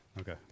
Okay